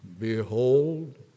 Behold